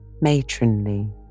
matronly